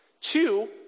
two